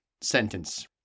sentence